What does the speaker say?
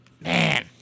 Man